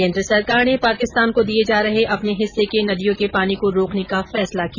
केन्द्र सरकार ने पाकिस्तान को दिए जा रहे अपने हिस्से के नदियों के पानी को रोकने का फैसला किया